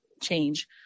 Change